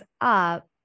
up